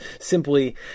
simply